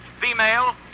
female